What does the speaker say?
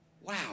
Wow